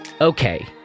Okay